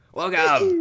welcome